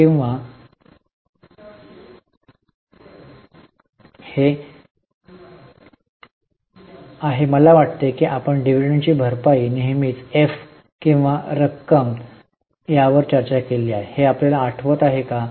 नाही हे च आहे मला वाटते की आपण डिव्हिडंडची भरपाई नेहमीच एफ किती रक्कम यावर चर्चा केली आहे हे आपल्याला आठवते काय